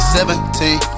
Seventeen